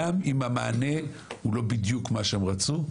גם אם המענה הוא לא בדיוק מה שהם רצו,